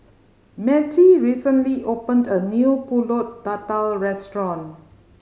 Mattie recently opened a new Pulut Tatal restaurant